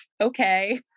okay